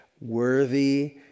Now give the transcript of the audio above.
Worthy